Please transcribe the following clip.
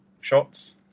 shots